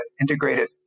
integrated